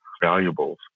valuables